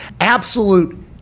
Absolute